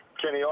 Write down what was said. Kenny